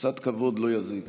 אין איש בישראל שלא יודע מהם שלושת